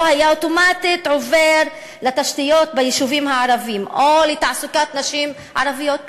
או היה עובר אוטומטית לתשתיות ביישובים הערביים או לתעסוקת נשים ערביות.